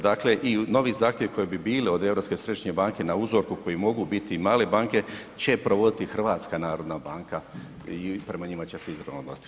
Dakle i novi zahtjevi koji bi bili od Europske središnje banke na uzorku koji mogu biti i male banke će provoditi HNB i prema njima će se izravno odnositi.